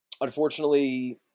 unfortunately